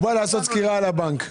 הוא בא לעשות סקירה על הבנק.